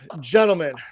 Gentlemen